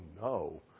no